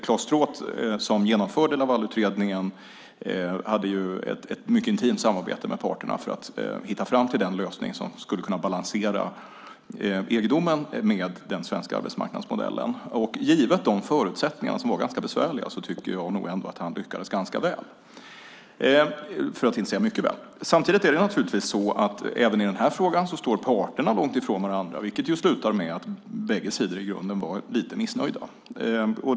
Claes Stråth, som genomförde Lavalutredningen, hade ju ett mycket intimt samarbete med parterna för att hitta fram till den lösning som skulle kunna balansera EG-domen med den svenska arbetsmarknadsmodellen. Givet förutsättningarna, som var ganska besvärliga, tycker jag ändå att han lyckades ganska väl, för att inte säga mycket väl. Samtidigt är det naturligtvis så att parterna även i den här frågan står långt ifrån varandra, vilket ju slutade med att bägge sidor i grunden var lite missnöjda.